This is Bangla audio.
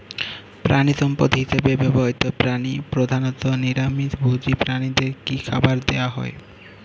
প্রাণিসম্পদ হিসেবে ব্যবহৃত প্রাণী প্রধানত নিরামিষ ভোজী প্রাণীদের কী খাবার দেয়া হয়?